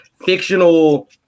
fictional